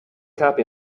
copy